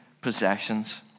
possessions